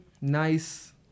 nice